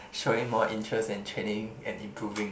showing more interest in training and improving